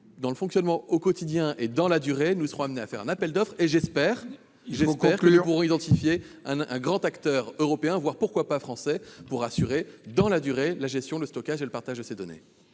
pour le fonctionnement au quotidien et dans la durée de cette plateforme, nous serons amenés à faire appel d'offres. Il faut conclure. Et j'espère que nous pourrons identifier un grand acteur européen, voire, pourquoi pas, français, pour assurer dans la durée la gestion, le stockage et le partage de ces données.